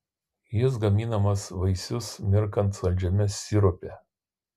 jis gaminamas vaisius mirkant saldžiame sirupe